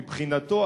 מבחינתו,